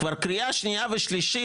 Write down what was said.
קריאה שנייה ושלישית,